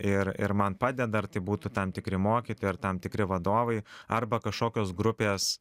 ir ir man padeda ar tai būtų tam tikri mokytojai ar tam tikri vadovai arba kažkokios grupės